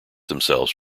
themselves